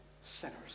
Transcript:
sinners